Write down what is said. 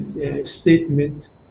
statement